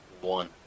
one